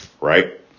right